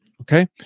okay